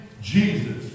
Jesus